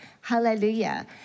hallelujah